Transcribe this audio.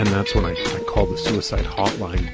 and that's when i called the suicide hotline.